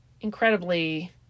Incredibly